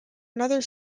another